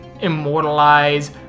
immortalize